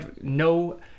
no